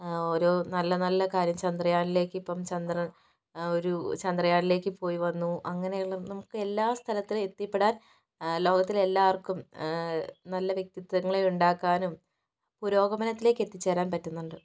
ഓരോ നല്ല നല്ല കാര്യം ചന്ദ്രയാനിലേക്ക് ഇപ്പം ചന്ദ്രൻ ഒരു ചന്ദ്രയാനിലേക്ക് പോയി വന്നു അങ്ങനെ ഉള്ള നമുക്ക് എല്ലാ സ്ഥലത്തിലും എത്തിപ്പെടാൻ ലോകത്തിലെ എല്ലാവർക്കും നല്ല വ്യക്തിത്വങ്ങളെ ഉണ്ടാക്കാനും പുരോഗമനത്തിലേക്ക് എത്തിച്ചേരാനും പറ്റുന്നുണ്ട്